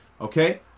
okay